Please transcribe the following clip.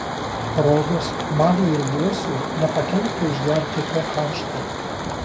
rodos maliui ir blusiui nepakenktų išgerti ko karšto